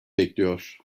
bekliyor